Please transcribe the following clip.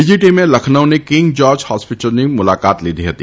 બીજી ટીમે લખનૌની કિંગ જ્યોર્જ હોસ્પિટલની મુલાકાત લીધી હતી